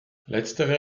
letztere